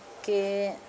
okay